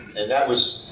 and that was,